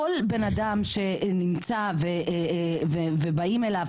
כל בן אדם שנמצא ובאים אליו,